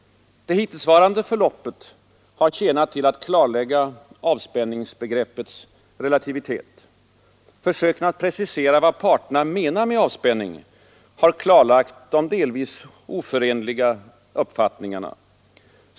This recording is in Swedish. Det hittillsvarande förloppet har tjänat till att klarlägga avspänningsbegreppets relativitet. Försöken att precisera vad parterna menar med ”avspänning” har klarlagt de delvis oförenliga uppfattningarna.